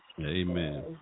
Amen